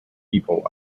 people